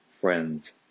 friends